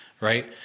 right